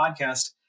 podcast